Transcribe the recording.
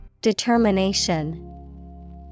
Determination